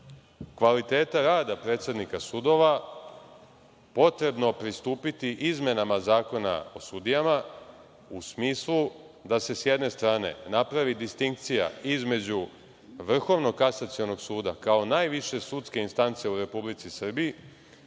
kvaliteta rada predsednika sudova potrebno pristupiti izmenama Zakona o sudijama u smislu da se sa jedne strane napravi distinkcija između Vrhovnog kasacionog suda kao najviše sudske instance u Republici Srbiji,